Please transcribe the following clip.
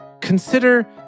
Consider